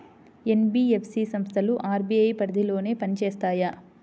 NBFC సంస్థలు RBI పరిధిలోనే పని చేస్తాయా?